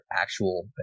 actual